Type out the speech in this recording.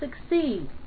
succeed